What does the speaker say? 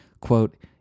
Quote